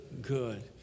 good